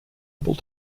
able